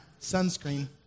sunscreen